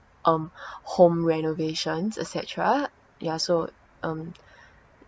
um home renovations et cetera ya so um